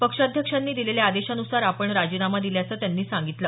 पक्षाध्यक्षांनी दिलेल्या आदेशनुसार आपण राजीनामा दिल्याचं त्यांनी सांगितलं